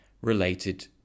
related